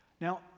Now